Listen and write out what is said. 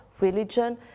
religion